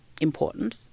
important